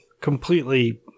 completely